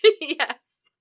Yes